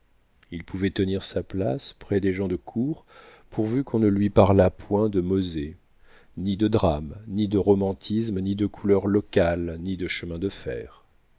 il pouvait tenir sa place près des gens de cour pourvu qu'on ne lui parlât point de mosè ni de drame ni de romantisme ni de couleur locale ni de chemins de fer